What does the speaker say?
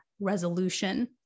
resolution